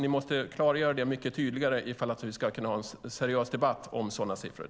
Ni måste klargöra det mycket tydligare ifall vi ska kunna ha en seriös debatt om sådana siffror.